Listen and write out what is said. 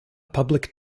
public